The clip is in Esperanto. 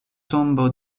tombo